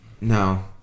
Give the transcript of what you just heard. no